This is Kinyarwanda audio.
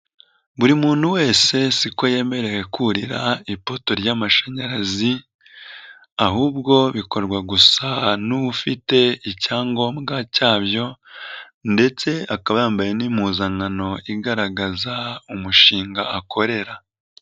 Buri muntu wese siko yemerewe kurira ipoto ry'amashanyarazi ahubwo bikorwa gusa n'ufite icyangombwa cyabyo ndetse akaba yambaye n'impuzankano igaragaza umushinga akorera.